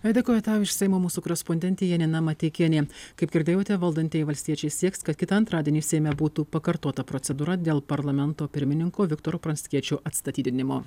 dėkoju tau iš seimo mūsų korespondentė janina mateikienė kaip girdėjote valdantieji valstiečiai sieks kad kitą antradienį seime būtų pakartota procedūra dėl parlamento pirmininko viktoro pranckiečio atstatydinimo